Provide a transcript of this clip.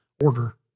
order